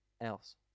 else